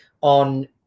on